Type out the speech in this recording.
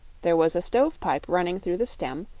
there was a stovepipe running through the stem,